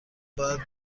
باید